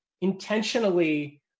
intentionally